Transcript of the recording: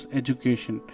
education